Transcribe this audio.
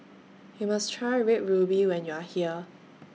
YOU must Try Red Ruby when YOU Are here